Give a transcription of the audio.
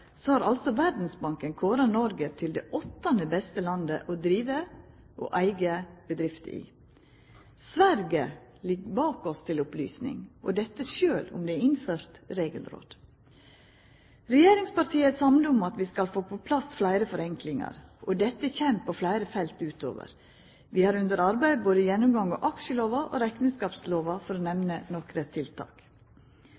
altså har kåra Noreg til det åttande beste landet å driva og eiga bedrifter i. Sverige ligg til opplysning bak oss, og dette sjølv om det er innført regelråd. Regjeringspartia er samde om at vi skal få på plass fleire forenklingar, og dette kjem på fleire felt utover. Vi har under arbeid gjennomgang av både aksjelova og rekneskapslova, for å